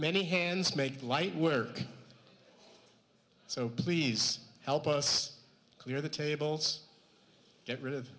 many hands make light work so please help us clear the tables get rid of